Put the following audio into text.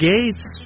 Gates